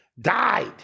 died